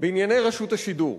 בענייני רשות השידור,